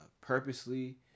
purposely